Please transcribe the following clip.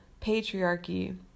patriarchy